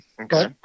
Okay